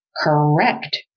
Correct